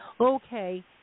Okay